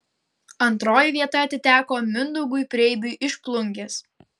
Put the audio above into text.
antroji vieta atiteko mindaugui preibiui iš plungės